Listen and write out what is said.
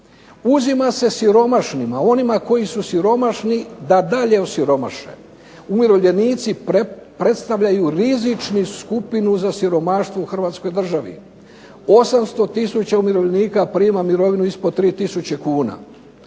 uzima se siromašnima, onima koji su siromašni da dalje osiromaše. Umirovljenici predstavljaju rizičnu skupinu za siromaštvo u hrvatskoj državi. 800 tisuća umirovljenika prima mirovinu ispod 3 tisuće kuna.